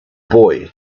boy